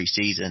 preseason